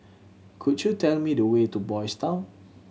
could you tell me the way to Boys' Town